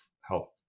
health